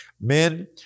Men